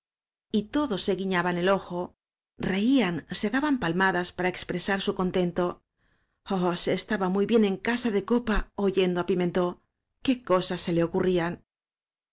látigo y todos se guiñaban el ojo reían se da ban palmadas para expresar su contento h áñ e estaba muy bien en casa de copa oyendo á pimentó qué cosas se le ocurrían